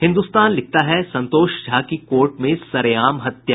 हिन्दुस्तान लिखता है संतोष झा की कोर्ट में सरेआम हत्या